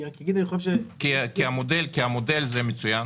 המודל הזה מצוין,